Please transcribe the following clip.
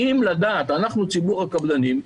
ציבור הקבלנים,